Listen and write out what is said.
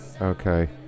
Okay